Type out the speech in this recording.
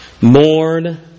Mourn